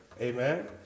Amen